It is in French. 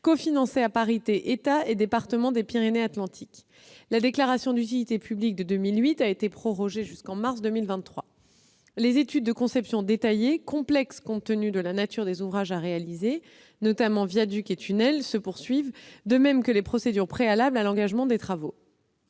cofinancé à parité par l'État et le département des Pyrénées-Atlantiques. La déclaration d'utilité publique de 2008 a été prorogée jusqu'en mars 2023. Les études de conception détaillée, complexes compte tenu de la nature des ouvrages à réaliser- notamment des viaducs et un tunnel -, se poursuivent, de même que les procédures préalables à l'engagement des travaux.